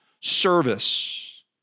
service